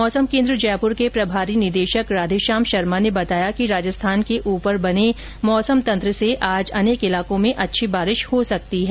मौसम केन्द्र जयपुर के प्रभारी निदेशक राधेश्याम शर्मा ने बताया कि राजस्थान के ऊपर बने मौसम तंत्र से आज अनेक इलाकों में अच्छी बारिश हो सकती है